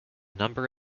number